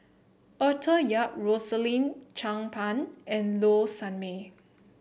Arthur Yap Rosaline Chan Pang and Low Sanmay